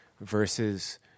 versus